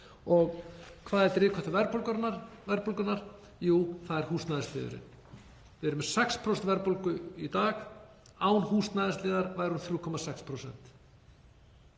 Og hver er drifkraftur verðbólgunnar? Jú, það er húsnæðisliðurinn. Við erum með 6% verðbólgu í dag, án húsnæðisliðar væri hún 3,6%.